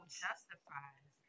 justifies